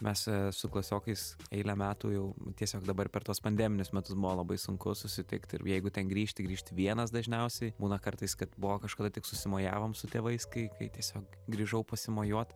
mes su klasiokais eilę metų jau tiesiog dabar per tuos pandeminius metus buvo labai sunku susitikt ir jeigu ten grįžti grįžti vienas dažniausiai būna kartais kad buvo kažkada tik susimojavom su tėvais kai kai tiesiog grįžau pasimojuot